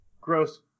gross